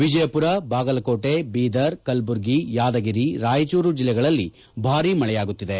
ವಿಜಯಮರ ಬಾಗಲಕೋಟೆ ಬೀದರ್ ಕಲಬುರಗಿ ಯಾದಗಿರಿ ರಾಯಚೂರು ಜಿಲ್ಲೆಗಳಲ್ಲಿ ಭಾರಿ ಮಳೆಯಾಗುತ್ತಿದೆ